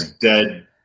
Dead